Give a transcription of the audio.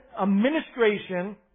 administration